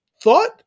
thought